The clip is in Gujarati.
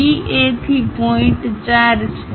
DA થી પોઇન્ટ 4 છે